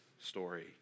story